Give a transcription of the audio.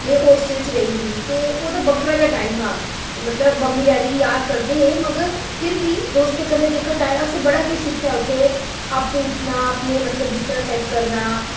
में होस्टल च रेही दी ते ओह्दा बक्खरा गै टाइम हा मतलब मम्मी डेडी याद करदे हे मगर फिर बी दोस्तें कन्नै जेहका टाइम हा असें बड़ा किश सिक्खेआ उत्थै आपूं उट्ठना अपने मतलब बिस्तरा सेट करना